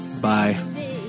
bye